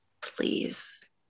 Please